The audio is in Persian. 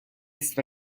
نصف